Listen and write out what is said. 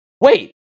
wait